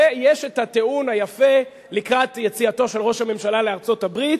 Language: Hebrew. ויש הטיעון היפה לקראת יציאתו של ראש הממשלה לארצות-הברית: